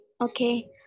Okay